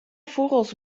fûgels